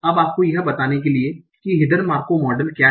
अब आपको यह बताने के लिए कि हिडन मार्कोव मॉडल क्या है